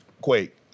Quake